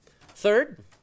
third